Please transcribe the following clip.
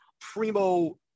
primo